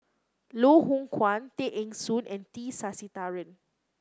Loh Hoong Kwan Tay Eng Soon and T Sasitharan